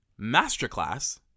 masterclass